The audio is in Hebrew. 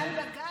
בגלל בג"ץ.